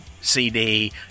CD